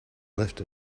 left